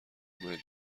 میلیون